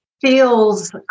feels